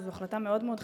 זו החלטה מאוד מאוד חשובה.